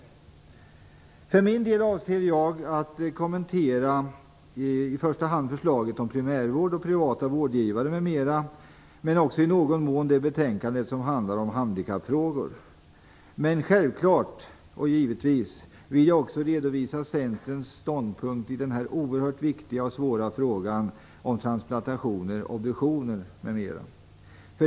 För min del avser jag att kommentera först och främst förslaget om primärvård, privata vårdgivare m.m. men också i någon mån det betänkande som handlar om handikappfrågor. Men givetvis vill jag också redovisa Centerns ståndpunkt i den oerhört viktiga och svåra frågan om transplantationer och obduktioner m.m.